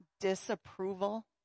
disapproval